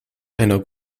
einer